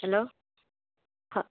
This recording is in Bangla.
হ্যালো হ্যাঁ